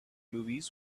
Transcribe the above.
movies